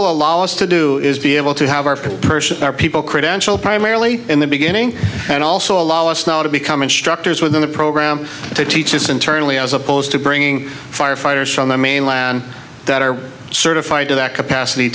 will allow us to do is be able to have our full purchase our people credential primarily in the beginning and also allow us not to become instructors within the program to teach this internally as opposed to bringing fire fighters from the mainland that are certified to that capacity